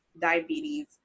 diabetes